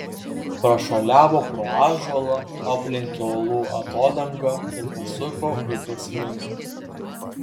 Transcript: prašuoliavo pro ąžuolą aplenkė uolų atodangą ir pasuko upės link